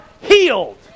healed